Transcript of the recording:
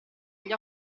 gli